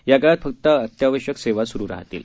याकाळात फक्त अत्यावश्यक सेवा सुरु असतील